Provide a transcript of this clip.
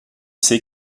sait